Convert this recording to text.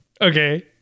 Okay